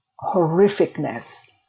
horrificness